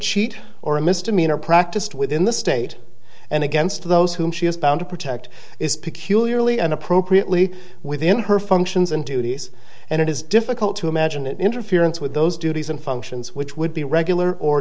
cheat or a misdemeanor practiced within the state and against those whom she is bound to protect is peculiarly and appropriately within her functions and duties and it is difficult to imagine it interference with those duties and functions which would be regular or